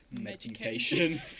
Medication